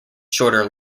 shorter